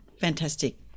Fantastic